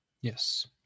Yes